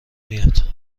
میاد